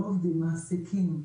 לא העובדים המעסיקים,